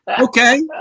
Okay